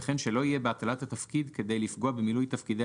וכן שלא יהיה בהטלת התפקיד כדי לפגוע במילוי תפקידיה